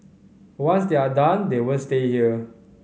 once they are done they won't stay here